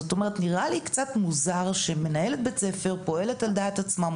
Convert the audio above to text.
זאת אומרת נראה לי קצת מוזר שמנהלת בית ספר פועלת על דעת עצמה,